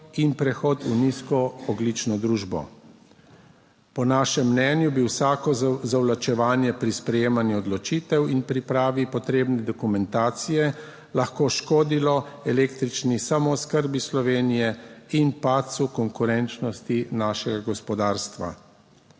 in prehod v nizko ogljično družbo. Po našem mnenju bi vsako zavlačevanje pri sprejemanju odločitev in pripravi potrebne dokumentacije lahko škodilo električni samooskrbi Slovenije in padcu konkurenčnosti našega gospodarstva.